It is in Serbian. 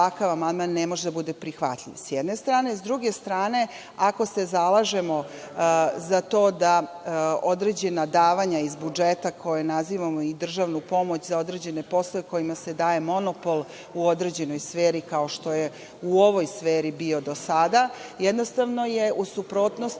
ne može da bude prihvatljiv, s jedne strane.S druge strane, ako se zalažemo za to da određena davanja iz budžeta koje nazivamo i državna pomoć za određen poslove kojima se daje monopol u određenoj sferi, kao što je u ovoj sferi bio do sada, jednostavno je u suprotnosti